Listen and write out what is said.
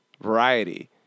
Variety